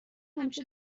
همیشه